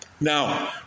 Now